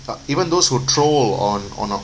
but even those who troll on on uh